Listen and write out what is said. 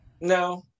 No